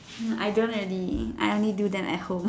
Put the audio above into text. no I don't really I only do them at home